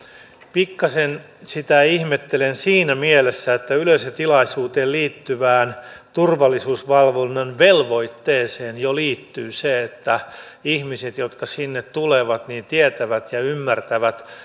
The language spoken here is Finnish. pikkasen sitä ihmettelen siinä mielessä että yleisötilaisuuteen liittyvään turvallisuusvalvonnan velvoitteeseen jo liittyy se että ihmiset jotka sinne tulevat tietävät ja ymmärtävät